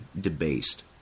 debased